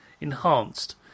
enhanced